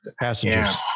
Passengers